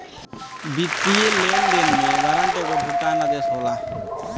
वित्तीय लेनदेन में वारंट एगो भुगतान आदेश होला